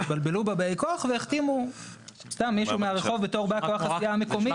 התבלבלו בבאי הכוח והחתימו סתם מישהו מהרחוב בתור בא כוח סיעה מקומית.